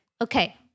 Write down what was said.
Okay